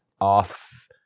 off